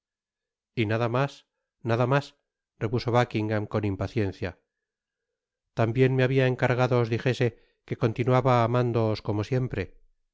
y nada mas nada mas repuso buckingam con impaciencia tambien me habia encargado os dijese que continuaba amándoos como siempre ah